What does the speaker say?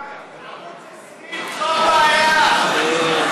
ערוץ 20, זו הבעיה.